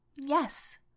Yes